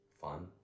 fun